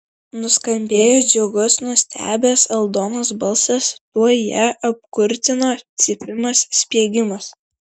nuskambėjo džiugus nustebęs aldonos balsas tuoj ją apkurtino cypimas spiegimas